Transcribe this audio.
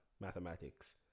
mathematics